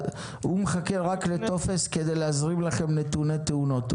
הוא מחכה רק לטופס כדי להזרים לכם נתוני תאונות,